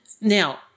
Now